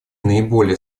наиболее